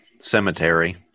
cemetery